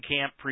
camp